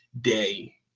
day